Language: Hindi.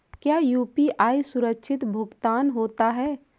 क्या यू.पी.आई सुरक्षित भुगतान होता है?